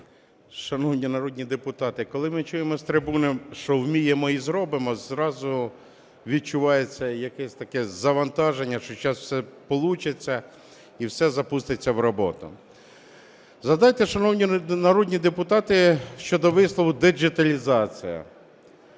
Шановні народні депутати, коли ми чуємо з трибуни, що вміємо і зробимо, зразу відчувається якесь таке завантаження, що зараз все получиться і все запуститься в роботу. Згадайте, шановні народні депутати, щодо вислову діджиталізація.